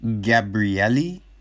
Gabrielli